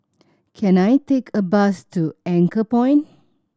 can I take a bus to Anchorpoint